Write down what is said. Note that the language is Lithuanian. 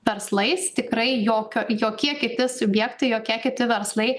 verslais tikrai jokio jokie kiti subjektai jokie kiti verslai